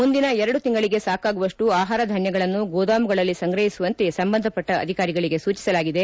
ಮುಂದಿನ ಎರಡು ತಿಂಗಳಿಗೆ ಸಾಕಾಗುವಷ್ಟು ಆಹಾರ ಧಾನ್ಯಗಳನ್ನು ಗೋದಾಮಗಳಲ್ಲಿ ಸಂಗ್ರಹಿಸುವಂತೆ ಸಂಬಂಧಪಟ್ಟ ಅಧಿಕಾರಿಗಳಿಗೆ ಸೂಜಿಸಲಾಗಿದೆ